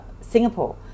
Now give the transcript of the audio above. Singapore